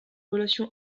relation